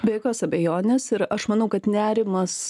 be jokios abejonės ir aš manau kad nerimas